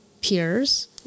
peers